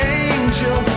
angel